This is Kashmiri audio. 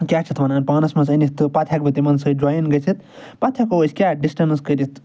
کیاہ چھِ اتھ وَنان پانَس مَنٛز أنِتھ تہٕ پَتہٕ ہیٚکہ بہٕ تِمَن سۭتۍ جویِن گٔژھِتھ پَتہٕ ہیٚکو أسۍ کیاہ ڈِسٹَنس کٔرِتھ